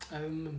I remember